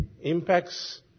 impacts